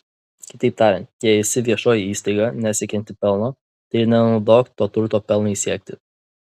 kitaip tariant jei esi viešoji įstaiga nesiekianti pelno tai ir nenaudok to turto pelnui siekti